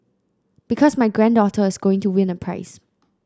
because my granddaughter is going to win a prize